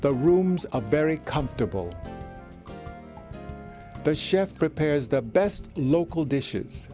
the rooms are very comfortable the chef prepares the best local dishes